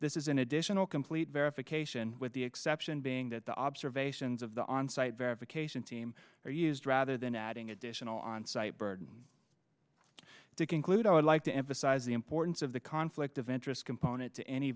this is an additional complete verification with the exception being that the observations of the on site verification team are used rather than adding additional onsite burden to conclude i would like to emphasize the importance of the conflict of interest component to any